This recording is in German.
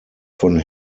von